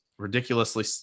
ridiculously